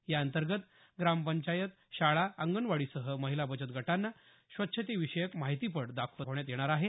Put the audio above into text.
याअंतर्गत ग्राम पंचायत शाळा अंगणवाडीसह महिला बचत गटांना स्वच्छते विषयक माहितीपट दाखवण्यात येणार आहे